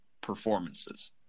performances